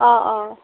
অ অ